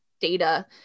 data